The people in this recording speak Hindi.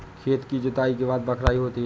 खेती की जुताई के बाद बख्राई होती हैं?